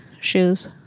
shoes